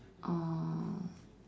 oh